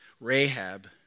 Rahab